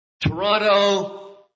Toronto